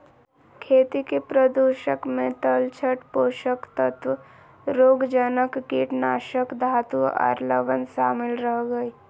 खेती के प्रदूषक मे तलछट, पोषक तत्व, रोगजनक, कीटनाशक, धातु आर लवण शामिल रह हई